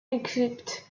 equipped